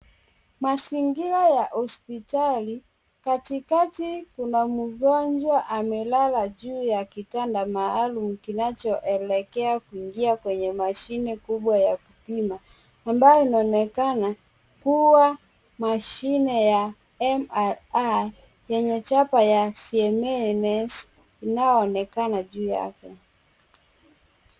Mazingira ya hospitali. Katikati kuna mgonjwa amelala juu ya kitanda maalum kinachoelekea kuingia kwenye mashine kubwa ya kupima ambayo inaonekana kuwa mashine ya MRI yenye chapa ya Siemens inayoonekana juu yake.